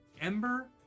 Ember